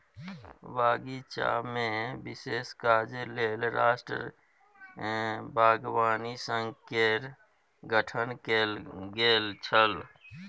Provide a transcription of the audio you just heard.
बगीचामे विशेष काजक लेल राष्ट्रीय बागवानी संघ केर गठन कैल गेल छल